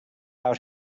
out